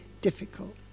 difficult